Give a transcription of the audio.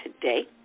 today